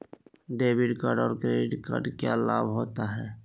Debit card और credit card क्या लाभ होता है?